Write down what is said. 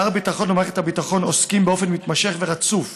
שר הביטחון ומערכת הביטחון עוסקים באופן מתמשך ורצוף